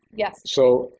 yes. so,